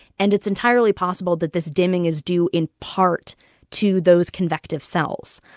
and it's entirely possible that this dimming is due in part to those convective cells.